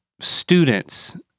students